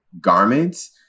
garments